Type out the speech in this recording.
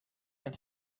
and